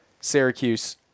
Syracuse